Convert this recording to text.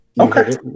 Okay